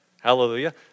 Hallelujah